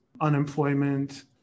unemployment